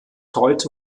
heute